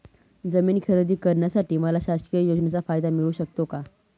जमीन खरेदी करण्यासाठी मला शासकीय योजनेचा फायदा मिळू शकतो का?